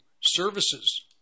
services